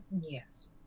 yes